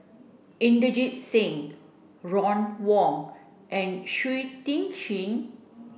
Inderjit Singh Ron Wong and Shui Tit Sing